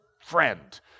friend